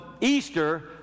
Easter